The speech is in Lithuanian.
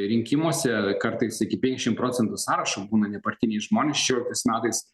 rinkimuose kartais iki penkiasdešim procentų sąrašo būna nepartiniai žmonės čia jau tais metais